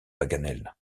paganel